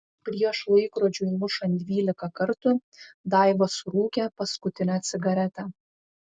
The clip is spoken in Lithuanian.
prieš laikrodžiui mušant dvylika kartų daiva surūkė paskutinę cigaretę